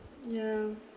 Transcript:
ya